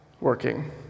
working